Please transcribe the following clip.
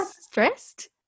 stressed